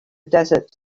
desert